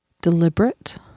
deliberate